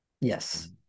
Yes